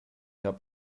hab